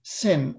sin